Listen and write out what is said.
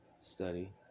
study